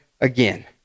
again